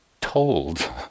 told